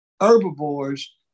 herbivores